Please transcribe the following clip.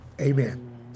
Amen